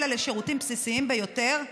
אלא לשירותים בסיסיים ביותר,